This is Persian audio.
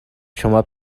شما